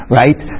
right